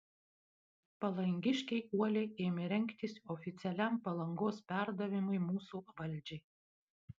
palangiškiai uoliai ėmė rengtis oficialiam palangos perdavimui mūsų valdžiai